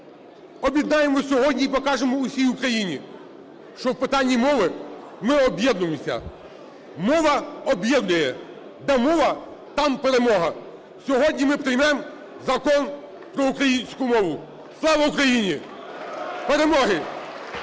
об'єднаймося сьогодні і покажемо усій Україні, що в питанні мови ми об'єднуємося, мова об'єднує, де мова – там перемога! Сьогодні ми приймемо закон про українську мову! Слава Україні! Перемоги!